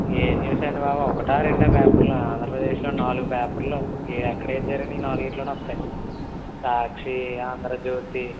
ఏం న్యూస్ అండీ బాబు ఒకటా రెండా పేపర్లు ఆంధ్రప్రదేశ్లో నాలుగు పేపర్లు ఎక్కడేది జరిగినా ఈ నాలుగిటిలోనే వస్తాయి సాక్షి ఆంధ్రజ్యోతి